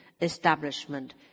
establishment